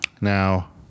Now